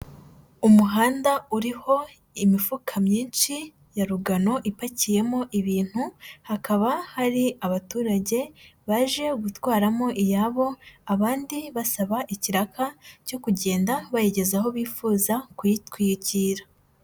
Umuhanda uriho imifuka myinshi ya rugano ipakiyemo ibintu, hakaba hari abaturage baje gutwaramo iyabo abandi basaba ikiraka cyo kugenda bayigeza aho bifuza kuyitwikira.